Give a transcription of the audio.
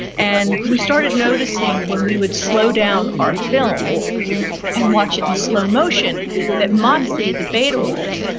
and we started noticing when we would slow down our film and watch it in slow motion that matsi, the beta wolf,